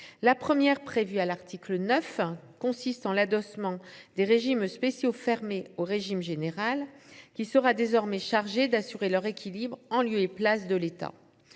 La première, prévue à l’article 9, consiste en l’adossement des régimes spéciaux fermés au régime général, qui sera désormais chargé d’assurer leur équilibre en lieu et place de l’État,